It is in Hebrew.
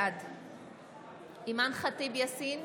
בעד אימאן ח'טיב יאסין,